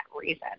reason